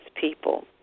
people